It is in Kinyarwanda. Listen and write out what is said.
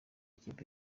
ikipe